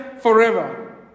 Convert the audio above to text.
forever